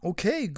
Okay